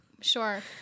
Sure